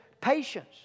patience